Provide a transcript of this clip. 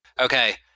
Okay